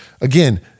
Again